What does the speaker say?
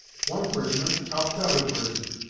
one prisoner help t'udder prisoner.